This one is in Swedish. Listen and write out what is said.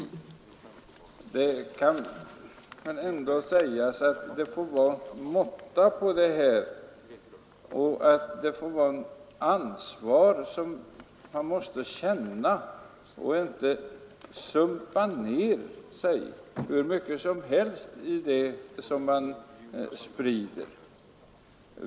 Men då må det väl ändå vara tillåtet att säga att det får vara någon måtta på smörjan och att det måste finnas ett ansvar; man får inte sumpa ned sig hur mycket som helst i fråga om det man sprider.